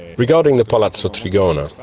regarding the palazzo trigona,